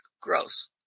gross